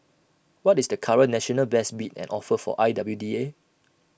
what is the current national best bid and offer for I W D A